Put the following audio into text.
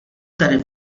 tarif